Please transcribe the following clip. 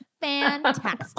Fantastic